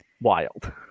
wild